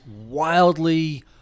wildly